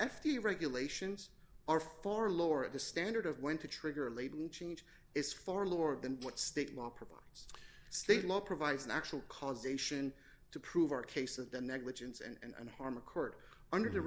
of regulations are far lower at the standard of went to trigger a laden change its far lower than what state law provides state law provides an actual causation to prove our case at the negligence and and harm a court under the